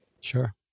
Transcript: Sure